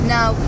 Now